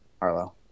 Arlo